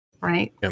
right